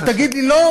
אתה תגיד לי: לא,